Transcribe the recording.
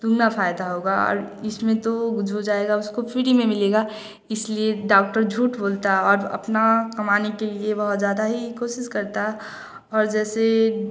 दुगना फायदा होगा और इसमें तो जो जाएगा उसको फिरी में मिलेगा इसलिए डॉक्टर झूठ बोलता है और अपना कमाने के लिए बहुत ज़्यादा ही कोशिश करता है और जैसे